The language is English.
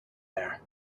there